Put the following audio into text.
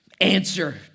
answer